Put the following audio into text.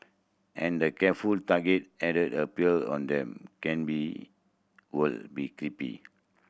and the careful targeted added appear on them can be be creepy